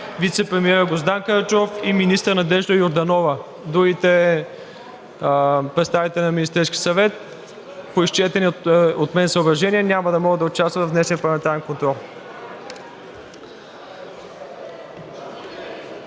вицепремиерът Гроздан Караджов и министър Надежда Йорданова. Другите представители на Министерския съвет по изчетени от мен съображения няма да могат да участват в днешния парламентарен контрол.